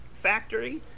factory